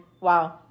Wow